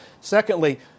Secondly